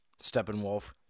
Steppenwolf